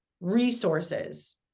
resources